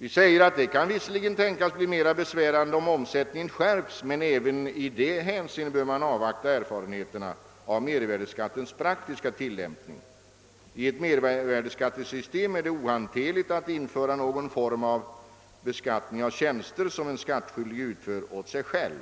Vi säger att det visserligen kan tänkas bli mera besvärande om beskattningen skärps, men även i detta avseende bör man avvakta erfarenheterna av mervärdeskattens praktiska tilllämpning. I ett mervärdeskattesystem är det ohanterligt med någon form av beskattning av tjänster, som en skattskyldig utför åt sig själv.